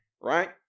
right